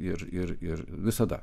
ir ir ir visada